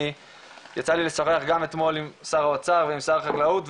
יצא לי לשוחח גם אתמול עם שר האוצר ושר החקלאות,